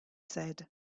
said